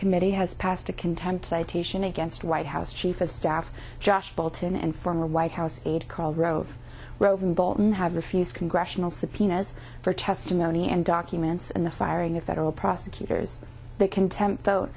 committee has passed a contempt citation against white house chief of staff josh bolten and former white house aide karl rove rove and bolton have refused congressional subpoenas for testimony and documents and the firing of federal prosecutors the contempt vote